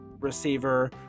receiver